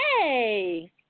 Hey